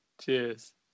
cheers